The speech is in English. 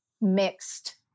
mixed